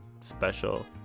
special